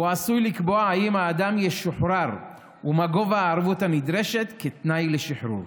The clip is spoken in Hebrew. והוא עשוי לקבוע אם האדם ישוחרר ומה גובה הערבות הנדרשת כתנאי לשחרור.